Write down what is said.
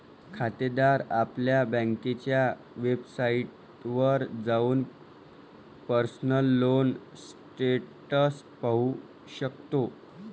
खातेदार आपल्या बँकेच्या वेबसाइटवर जाऊन पर्सनल लोन स्टेटस पाहू शकतो